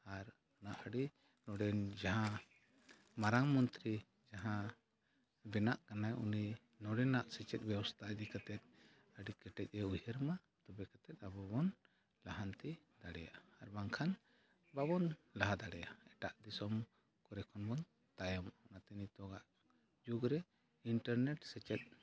ᱟᱨ ᱞᱟᱦᱟ ᱨᱮᱱ ᱱᱚᱸᱰᱮ ᱡᱟᱦᱟᱸ ᱢᱟᱨᱟᱝ ᱢᱚᱱᱛᱨᱤ ᱡᱟᱦᱟᱸ ᱵᱮᱱᱟᱜ ᱠᱟᱱᱟᱭ ᱩᱱᱤ ᱱᱚᱸᱰᱮᱱᱟᱜ ᱥᱮᱪᱮᱫ ᱵᱮᱵᱚᱥᱛᱷᱟ ᱤᱫᱤ ᱠᱟᱛᱮᱫ ᱟᱹᱰᱤ ᱠᱮᱴᱮᱡᱮ ᱩᱭᱦᱟᱹᱨᱢᱟ ᱛᱚᱵᱮ ᱠᱟᱛᱮᱫ ᱟᱵᱚᱵᱚᱱ ᱞᱟᱦᱟᱱᱛᱤ ᱫᱟᱲᱮᱭᱟᱜᱼᱟ ᱟᱨ ᱵᱟᱝᱠᱷᱟᱱ ᱵᱟᱵᱚᱱ ᱞᱟᱦᱟ ᱫᱟᱲᱮᱭᱟᱜᱼᱟ ᱮᱴᱟᱜ ᱫᱤᱥᱚᱢ ᱠᱚᱨᱮ ᱠᱷᱚᱱ ᱵᱚᱱ ᱛᱟᱭᱚᱢᱚᱜ ᱠᱟᱱᱟ ᱚᱱᱟᱛᱮ ᱱᱤᱛᱳᱜᱟᱜ ᱡᱩᱜᱽ ᱨᱮ ᱤᱱᱴᱟᱨᱱᱮᱴ ᱥᱮᱪᱮᱫ